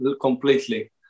completely